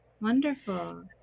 wonderful